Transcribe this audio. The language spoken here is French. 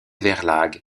verlag